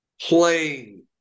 playing